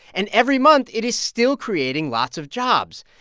and every month, it is still creating lots of jobs.